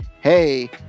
hey